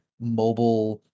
mobile